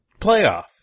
playoff